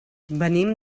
venim